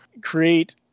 create